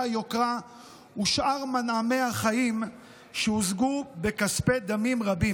היוקרה ומשאר מנעמי החיים שהושגו בכספי דמים רבים.